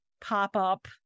pop-up